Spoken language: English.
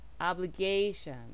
Obligation